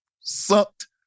sucked